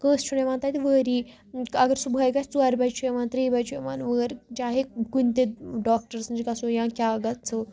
کٲنسہِ چھُ نہٕ یِوان تَتہِ وٲری اَگر صبُحٲے گژھِ ژورِ بَجہِ چھُ یِوان ترٛےٚ بَجہِ وٲر چاہے کُنہِ تہِ ڈاکٹرَس نِش گژھو یا کیٛاہ گژھو